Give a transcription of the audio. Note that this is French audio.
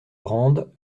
brande